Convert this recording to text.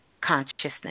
consciousness